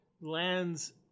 lands